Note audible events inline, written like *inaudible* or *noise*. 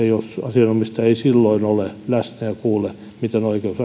*unintelligible* jos asianomistaja ei silloin ole läsnä ja kuule miten oikeus *unintelligible*